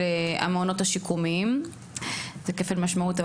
המעונות השיקומיים עוד ארוכה זה כפל משמעות,